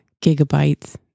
gigabytes